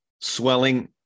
Swelling